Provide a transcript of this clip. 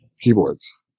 keyboards